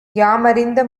யாமறிந்த